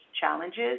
challenges